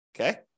Okay